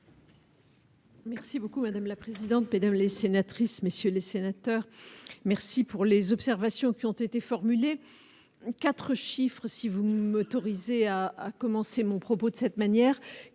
Merci beaucoup, madame la présidente, mesdames les sénatrices, messieurs les sénateurs, merci pour les observations qui ont été formulées 4 chiffres si vous m'autorisez à à commencer mon propos de cette manière,